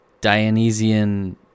Dionysian